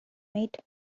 mate